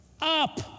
Up